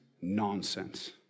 nonsense